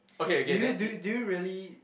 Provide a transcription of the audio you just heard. do you do you do you really